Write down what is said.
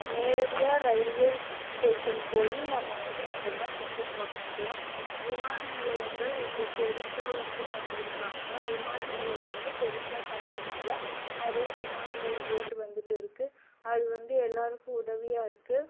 நேரடியாக railway station போய் நம்ம வந்து இப்பெல்லாம் டிக்கெட் வாங்கிக்கலாம் விமான நிலையங்கள் இப்போ பெருசாக வந்து பண்ணியிருக்காங்க விமான நிலையம் வந்து பெருசாக பண்ணதுனால் நிறைய விமானங்கள் போய்விட்டு வந்துகிட்டு இருக்குது அது வந்து எல்லாேருக்கும் உதவியாக இருக்குது